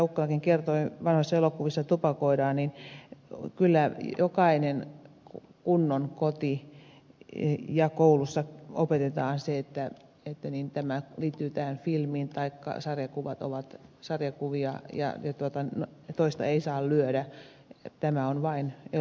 ukkolakin kertoi niin kyllä jokaisessa kunnon kodissa ja koulussa opetetaan se että tämä liittyy tähän filmiin kuten se että sarjakuvat ovat sarjakuvia ja toista ei saa lyödä ja tämä on vain elokuvaa